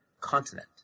continent